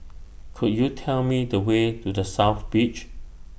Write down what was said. Could YOU Tell Me The Way to The South Beach